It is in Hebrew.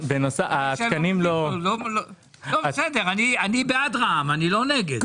בסדר, אני בעד רע"מ, אני לא נגד.